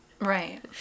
Right